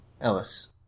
Ellis